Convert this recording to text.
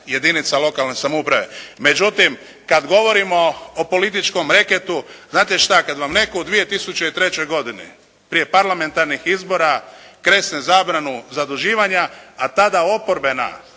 jedinica lokalne samouprave. Međutim, kad govorimo o političkom reketu. Znate što? Kad vam netko u 2003. godini prije parlamentarnih izbora kresne zabranu zaduživanja, a tada oporbena